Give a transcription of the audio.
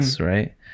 right